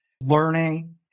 learning